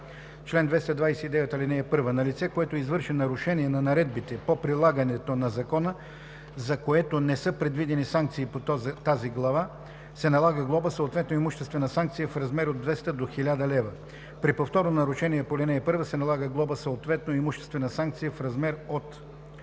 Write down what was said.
„Чл. 229. (1) На лице, което извърши нарушение на наредбите по прилагането на закона, за което не са предвидени санкции по тази глава, се налага глоба, съответно имуществена санкция в размер от 200 до 1000 лв. (2) При повторно нарушение по ал. 1 се налага глоба, съответно имуществена санкция в размер от